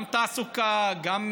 גם תעסוקה, גם